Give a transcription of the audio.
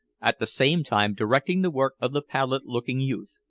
at the same time directing the work of the pallid-looking youth.